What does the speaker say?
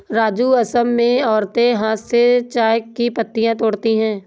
राजू असम में औरतें हाथ से चाय की पत्तियां तोड़ती है